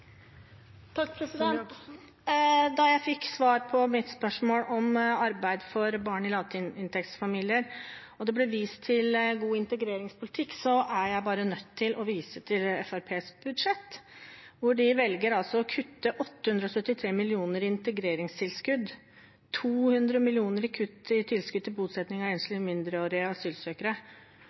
jeg fikk svar på mitt spørsmål om arbeid for barn i lavinntektsfamilier og det ble vist til god integreringspolitikk, er jeg bare nødt til å vise til Fremskrittspartiets budsjett, hvor de velger å kutte 873 mill. kr i integreringstilskudd, 200 mill. kr i kutt i tilskudd til bosetting av enslige mindreårige asylsøkere,